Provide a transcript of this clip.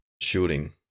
Shooting